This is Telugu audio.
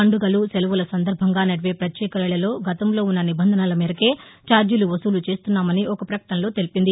పండుగలు సెలవుల సందర్భంగా నడిపే ప్రత్యేక రైళ్లలో గతంలో ఉన్న నిబంధనల మేరకే ఛార్జీలు వసూలు చేస్తున్నామని ఒక ప్రకటనలో తెలిపింది